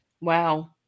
Wow